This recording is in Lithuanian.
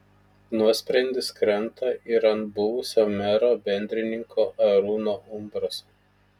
nuosprendis krenta ir ant buvusio mero bendrininko arūno umbraso